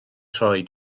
troi